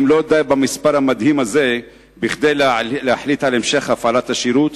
האם לא די במספר המדהים הזה כדי להחליט על המשך הפעלת השירות?